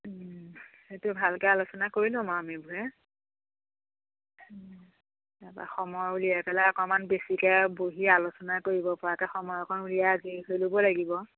সেইটো ভালকৈ আলোচনা কৰি ল'ম আৰু আমিবোৰে তাৰপা সময় উলিয়াই পেলাই অকমান বেছিকৈ বহি আলোচনা কৰিব পৰাকৈ সময় অকণ উলিয়াই দিনটো ল'ব লাগিব